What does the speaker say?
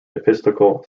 episcopal